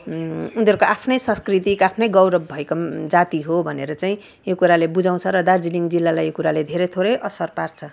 उनीहरूको आफ्नै सांस्कृतिक आफ्नै गौरव भएको जाति हो भनेर चाहिँ यो कुराले बुझाउँछ र दार्जिलिङ जिल्लालाई यो कुराले धेरै थोरै असर पार्छ